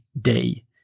day